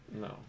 No